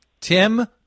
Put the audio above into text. Tim